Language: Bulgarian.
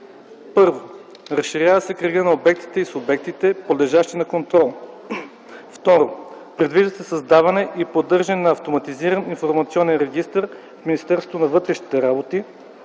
1. разширява се кръгът на обектите и субектите, подлежащи на контрол; 2. предвижда се създаване и поддържане на автоматизиран информационен регистър в Министерството на вътрешните работи